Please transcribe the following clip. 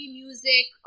music